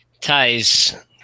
ties